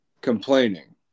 complaining